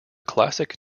classic